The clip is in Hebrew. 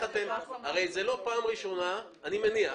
אני מניח